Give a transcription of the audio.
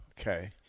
Okay